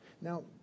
Now